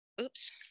oops